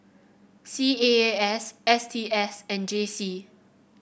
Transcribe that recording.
C A A S S T S and J C